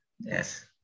Yes